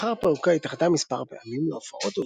לאחר פירוקה התאחדה מספר פעמים להופעות,